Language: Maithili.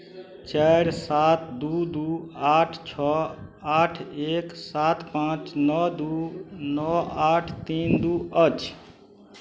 चारि सात दू दू आठ छओ आठ एक सात पाँच नओ दू नओ आठ तीन दू अछि